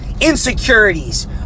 insecurities